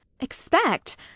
Expect